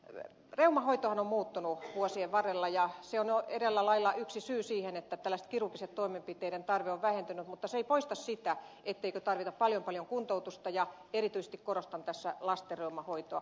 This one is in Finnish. reumahoitohan on muuttunut vuosien varrella ja se on eräällä lailla yksi syy siihen että tällaisten kirurgisten toimenpiteiden tarve on vähentynyt mutta se ei poista sitä etteikö tarvita paljon paljon kuntoutusta ja erityisesti korostan tässä lasten reuman hoitoa